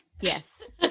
yes